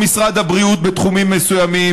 כמו משרד הבריאות בתחומים מסוימים,